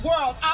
world